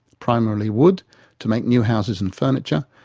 primarily wood to make new houses and furniture,